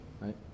Right